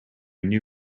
new